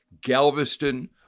Galveston